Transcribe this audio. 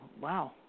Wow